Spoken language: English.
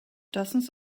dozens